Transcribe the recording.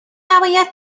نباید